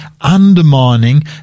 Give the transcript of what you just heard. undermining